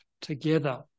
together